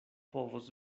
povos